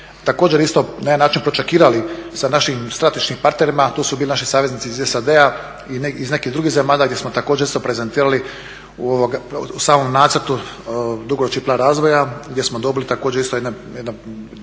također isto na jedan način procesirali sa našim strateškim partnerima, a to su bili naši saveznici iz SAD-a i iz nekih drugih zemalja gdje smo također isto prezentirali u samom nacrtu dugoročni plan razvoja gdje smo dobili također isto jedan